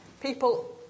people